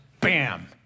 BAM